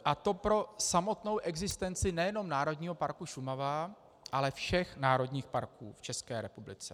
A to pro samotnou existenci nejenom Národního parku Šumava, ale všech národních parků v České republice.